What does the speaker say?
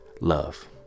love